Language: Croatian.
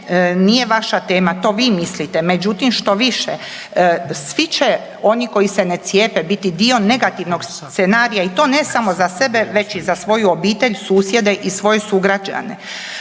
nije vaša tema, to vi mislite, međutim štoviše svi će oni koji se ne cijepe biti dio negativnog scenarija i to ne samo za sebe već i za svoju obitelj, susjede i svoje sugrađane.